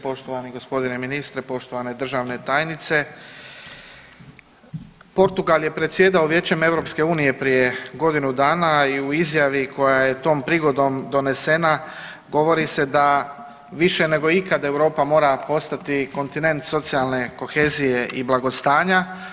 Poštovani gospodine ministre, poštovane državne tajnice, Portugal je predsjedao Vijećem EU prije godinu dana i u izjavi koja je tom prigodom donesena govori se da više nego ikad Europa mora postati kontinent socijalne kohezije i blagostanja.